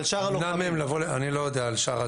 אבל שאר הלוחמים --- אני לא יודע על שאר הלוחמים.